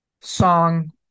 song